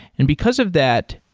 and because of that,